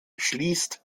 schließt